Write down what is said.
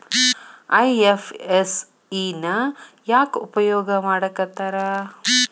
IFSC ನ ಯಾಕ್ ಉಪಯೊಗ್ ಮಾಡಾಕತ್ತಾರ?